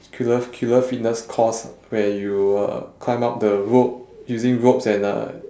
killer f~ killer fitness course where you uh climb up the rope using ropes and uh